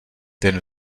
ten